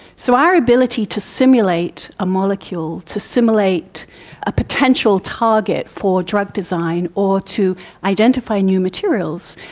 so our ability to simulate a molecule, to simulate a potential target for drug design or to identify new materials,